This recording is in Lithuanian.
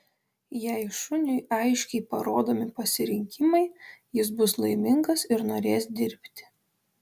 jei šuniui aiškiai parodomi pasirinkimai jis bus laimingas ir norės dirbti